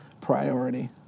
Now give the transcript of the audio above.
priority